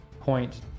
point